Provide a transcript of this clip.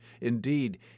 Indeed